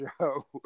show